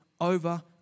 over